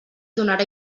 donarà